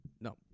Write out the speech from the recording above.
No